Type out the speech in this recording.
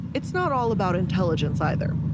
it's not all about intelligence either,